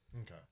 Okay